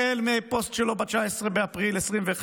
החל מפוסט שלו ב-19 באפריל 2021,